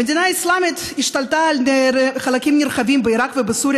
המדינה האסלאמית השתלטה על חלקים נרחבים בעיראק ובסוריה